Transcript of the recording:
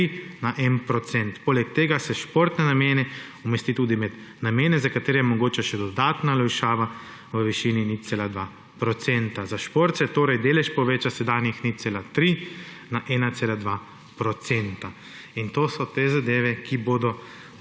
na 1 %. Poleg tega se športne namene umesti tudi med namene, za katere je mogoča še dodatna olajšava v višini 0,2 %. Za šport se torej delež poveča s sedanjih 0,3 na 1,2 %. To so te zadeve, ki bodo